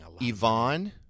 yvonne